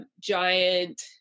giant